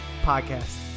Podcast